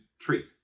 treat